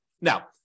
Now